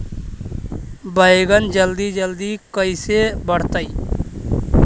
बैगन जल्दी जल्दी कैसे बढ़तै?